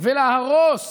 ולהרוס